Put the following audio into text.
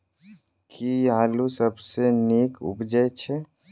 केँ आलु सबसँ नीक उबजय छै?